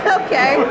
okay